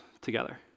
together